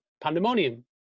Pandemonium